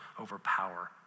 overpower